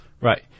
Right